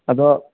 ᱟᱫᱚ